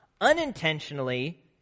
unintentionally